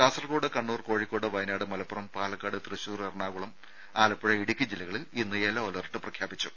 കാസർകോട് കണ്ണൂർ കോഴിക്കോട് വയനാട് മലപ്പുറം പാലക്കാട് തൃശൂർ എറണാകുളം ആലപ്പുഴ ഇടുക്കി ജില്ലകളിൽ ഇന്ന് yellow alert പ്രഖ്യാപിച്ചു